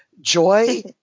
joy